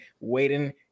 waiting